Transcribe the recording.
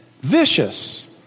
vicious